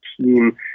team